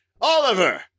Oliver